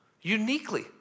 uniquely